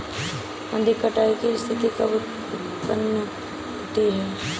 अधिक कटाई की स्थिति कब उतपन्न होती है?